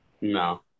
No